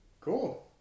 cool